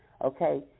okay